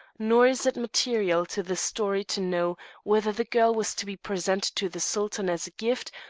nor is it material to the story to know whether the girl was to be presented to the sultan as a gift,